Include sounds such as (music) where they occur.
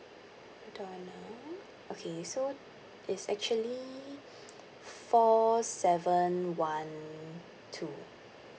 hold on ah okay so it's actually (breath) four seven one two